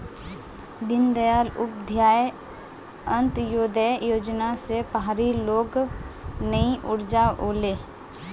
दीनदयाल उपाध्याय अंत्योदय योजना स पहाड़ी लोगक नई ऊर्जा ओले